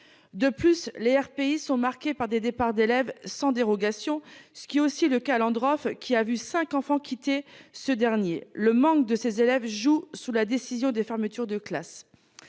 De plus, Les RPI sont marqués par des départs d'élèves sans dérogation. Ce qui est aussi le cas endroit qui a vu cinq enfants quitter ce dernier le manque de ses élèves jouent sous la décision des fermetures de classes.